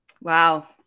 Wow